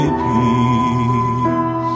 peace